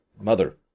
Mother